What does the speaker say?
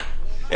16:50.